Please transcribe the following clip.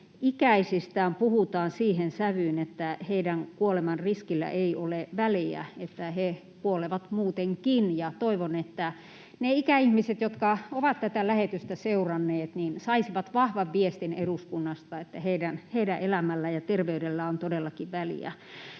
ikäisistään puhutaan siihen sävyyn, että heidän kuolemanriskillään ei ole väliä, että he kuolevat muutenkin. Toivon, että ne ikäihmiset, jotka ovat tätä lähetystä seuranneet, saisivat vahvan viestin eduskunnasta, että heidän elämällään ja terveydellään on todellakin väliä.